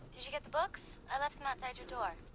did you get the books? i left them outside your door.